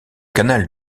canal